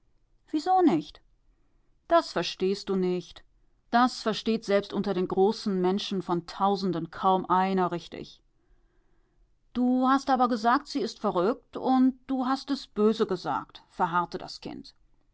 wieso nicht das verstehst du nicht das versteht selbst unter den großen menschen von tausenden kaum einer richtig du hast aber gesagt sie ist verrückt und du hast es böse gesagt verharrte das kind